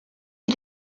île